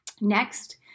Next